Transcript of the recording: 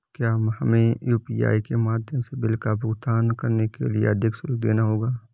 क्या हमें यू.पी.आई के माध्यम से बिल का भुगतान करने के लिए अधिक शुल्क देना होगा?